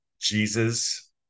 Jesus